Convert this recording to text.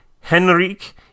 Henrik